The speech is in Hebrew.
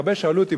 והרבה שאלו אותי,